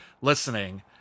listening